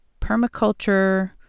permaculture